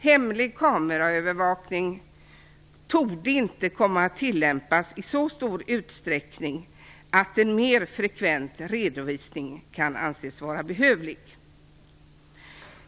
Hemlig kameraövervakning torde inte komma att tillämpas i så stor utsträckning att en mer frekvent redovisning kan anses vara behövlig.